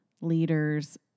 leaders